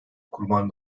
kurban